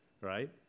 right